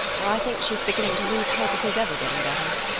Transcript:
for i think she's beginning to lose hope of his ever getting better.